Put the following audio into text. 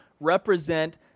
represent